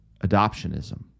adoptionism